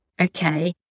okay